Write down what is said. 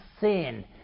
sin